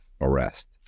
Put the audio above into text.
arrest